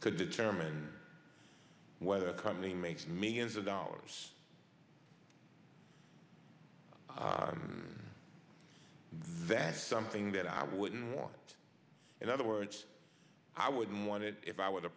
could determine whether a company makes millions of dollars that is something that i wouldn't want in other words i wouldn't want it if i were the